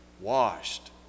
washed